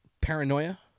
paranoia